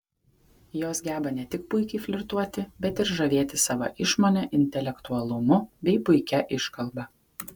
jos geba ne tik puikiai flirtuoti bet ir žavėti sava išmone intelektualumu bei puikia iškalba